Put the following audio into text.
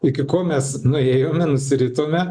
iki ko mes nuėjome nusiritome